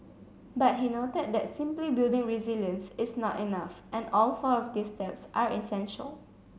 but he noted that simply building resilience is not enough and all four of these steps are essential